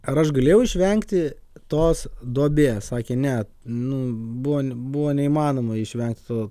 ar aš galėjau išvengti tos duobės sakė ne nu buvo buvo neįmanoma išvengt to